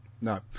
No